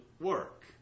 work